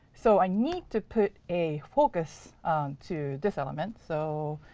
so i need to put a focus to this element. so,